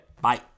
Bye